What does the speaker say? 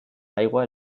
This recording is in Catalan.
aigua